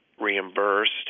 reimbursed